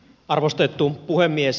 arvostettu puhemies